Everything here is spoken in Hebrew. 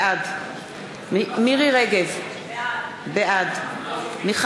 בעד מירי רגב, בעד מיכל רוזין,